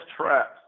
traps